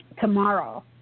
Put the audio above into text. tomorrow